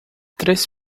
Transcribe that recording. três